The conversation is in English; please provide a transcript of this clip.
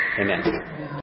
amen